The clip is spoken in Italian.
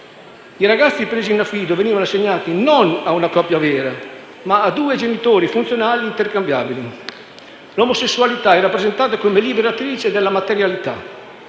I ragazzi presi in affido venivano assegnati non a una coppia vera, ma a due genitori funzionali intercambiabili. L'omosessualità era presentata come liberatrice dalla materialità.